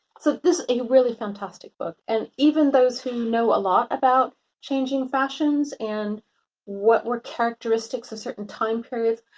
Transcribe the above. so this is a really fantastic book. and even those who know a lot about changing fashions and what were characteristics of certain time periods,